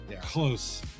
Close